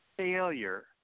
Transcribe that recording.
Failure